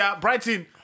Brighton